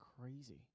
crazy